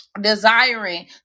desiring